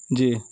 جی